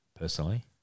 personally